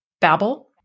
babble